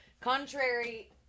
Contrary